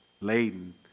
laden